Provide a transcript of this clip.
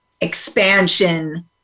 expansion